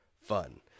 fun